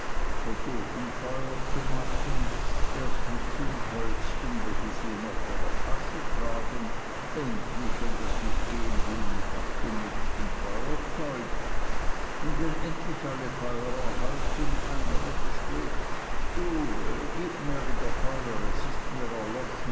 versuchen feuer zu machen erst mit zündhölzchen welche sie in offener tasche tragen endlich wenn das nicht gehen will mit abgenutztem feuerzeug und wenn endlich alle feuer erhalten einer wieder spricht du gib mir wieder feuer es ist mir